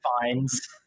finds